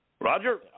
Roger